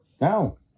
No